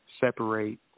separate